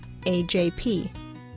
AJP